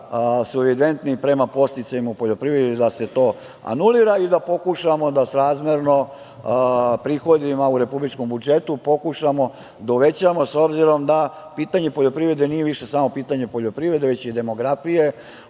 sada evidentni prema podsticajima u poljoprivredi anuliraju i da pokušamo da srazmerno prihodima u republičkom budžetu, pokušamo da uvećamo, obzirom da pitanje poljoprivrede nije više samo pitanje poljoprivrede, već i demografije,